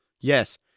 yes